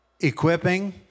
equipping